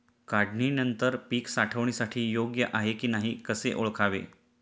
काढणी नंतर पीक साठवणीसाठी योग्य आहे की नाही कसे ओळखावे?